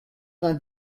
vingt